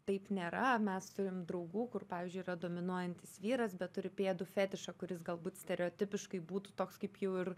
taip nėra mes turim draugų kur pavyzdžiui yra dominuojantis vyras bet ir pėdų fetišą kuris galbūt stereotipiškai būtų toks kaip jau ir